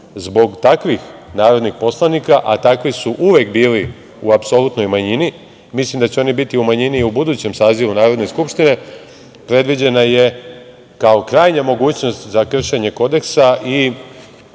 Zbog takvih narodnih poslanika, a takvi su uvek bili u apsolutnoj manjini, mislim da će oni biti u manjini i u budućem sazivu Narodne skupštine, predviđena je, kao krajnja mogućnost za kršenje Kodeksa, i